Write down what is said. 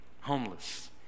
homeless